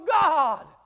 God